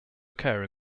occur